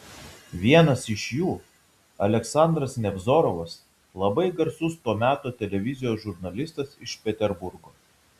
vienas iš jų aleksandras nevzorovas labai garsus to meto televizijos žurnalistas iš peterburgo